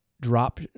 drop